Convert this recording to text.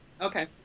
okay